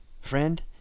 friend